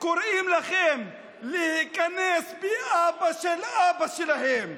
קוראים לכם להיכנס באבא של אבא שלהם,